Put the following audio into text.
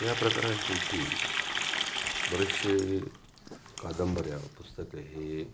ह्या प्रकारांपैकी बरेचसे कादंबऱ्या पुस्तकं हे